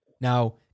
Now